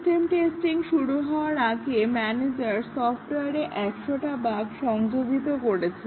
system testing শুরু হওয়ার আগে ম্যানেজার সফটওয়্যারে একশোটা বাগ সংযোজিত করেছে